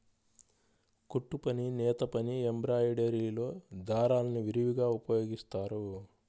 కుట్టుపని, నేతపని, ఎంబ్రాయిడరీలో దారాల్ని విరివిగా ఉపయోగిస్తారు